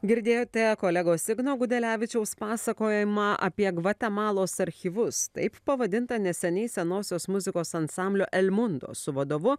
girdėjote kolegos igno gudelevičiaus pasakojimą apie gvatemalos archyvus taip pavadintą neseniai senosios muzikos ansamblio el mundo su vadovu